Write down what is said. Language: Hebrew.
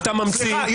אתה ממציא כל הזמן.